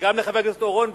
וגם לחבר הכנסת אורון,